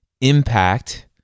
impact